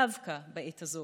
דווקא בעת הזאת